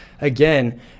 again